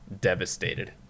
devastated